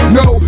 no